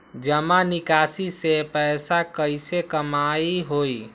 जमा निकासी से पैसा कईसे कमाई होई?